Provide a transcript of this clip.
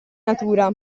natura